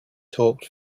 talked